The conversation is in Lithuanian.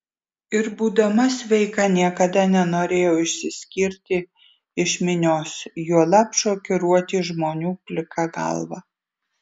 ir būdama sveika niekada nenorėjau išsiskirti iš minios juolab šokiruoti žmonių plika galva